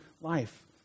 life